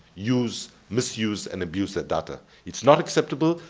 use, misuse, and abuse that data? it's not acceptable,